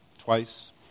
twice